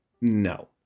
No